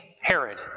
Herod